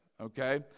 Okay